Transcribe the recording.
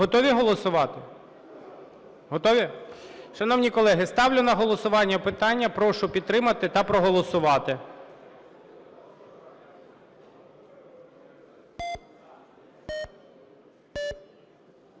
Готові голосувати? Готові? Шановні колеги, ставлю на голосування питання. Прошу підтримати та проголосувати.